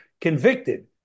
convicted